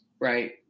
right